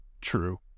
True